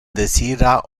desira